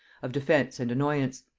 of defence and annoyance.